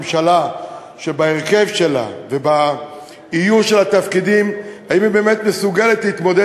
ממשלה שבהרכב שלה ובאיוש של התפקידים היא באמת מסוגלת להתמודד